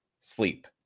sleep